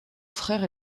frère